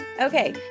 Okay